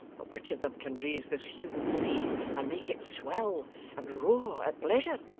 but which of them can raise this human sea and make it swell and roar at pleasure?